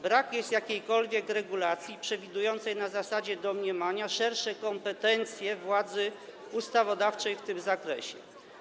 Brak jest jakiejkolwiek regulacji przewidującej na zasadzie domniemania szersze kompetencje władzy ustawodawczej w tym zakresie.